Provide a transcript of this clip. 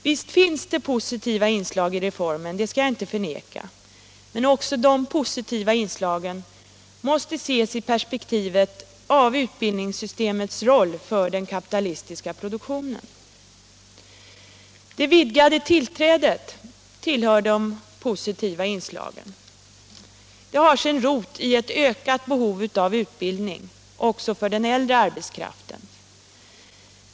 Visst finns det positiva inslag i reformen, det skall jag inte förneka, men även dessa måste ses i perspektivet av utbildningssystemets roll för den kapitalistiska produktionen. Det vidgade tillträdet tillhör de positiva inslagen. Det har sin rot i en ökning av behovet av utbildning också för den äldre arbetskraften.